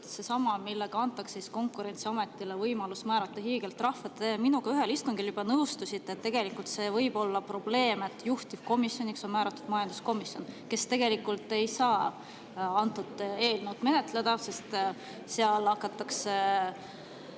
kohta, millega antakse Konkurentsiametile võimalus määrata hiigeltrahve. Te ühel istungil minuga nõustusite, et see võib olla probleem, kui juhtivkomisjoniks on määratud majanduskomisjon, kes tegelikult ei saa antud eelnõu menetleda, sest seal hakatakse